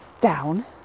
down